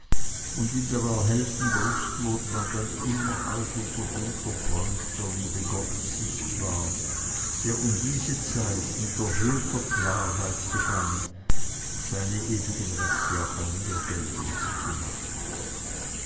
und in der erhellten brust wurde mir dann immer auch unser gute freund der liebe gott sichtbar der um diese zeit mit erhöhter klarheit begann seine ewigen rechte auch an mir geltend zu machen